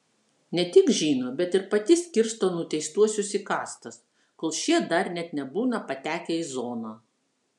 ne tik žino bet ir pati skirsto nuteistuosius į kastas kol šie dar net nebūna patekę į zoną